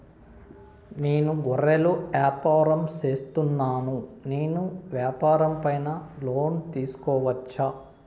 నేను గొర్రెలు వ్యాపారం సేస్తున్నాను, నేను వ్యాపారం పైన లోను తీసుకోవచ్చా?